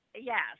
Yes